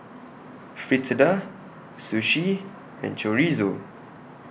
Fritada Sushi and Chorizo